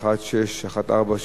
ו-1614,